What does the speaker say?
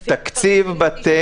לפי